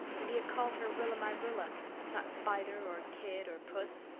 and he had called her rilla-my-rilla not spider or kid or puss,